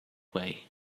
way